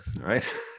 right